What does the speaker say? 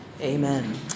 amen